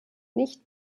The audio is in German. nicht